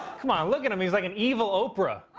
come on, look at him he's like an evil oprah.